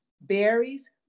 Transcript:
berries